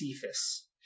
Cephas